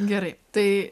gerai tai